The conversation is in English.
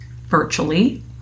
virtually